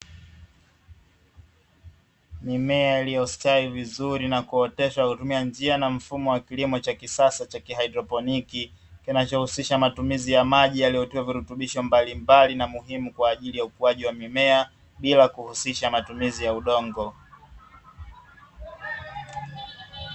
Mimea iliyostawi vizuri na kuoteshwa kwa kutumia njia na mfumo wa kilimo cha kisasa cha kihaidroponiki, kinachohusisha matumizi ya maji yaliyotiwa virutubisho mbalimbali maalumu kwaajili ya mimea bila kuhusisha matumizi ya udongo.